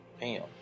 Bam